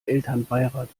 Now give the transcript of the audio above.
elternbeirat